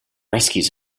rescues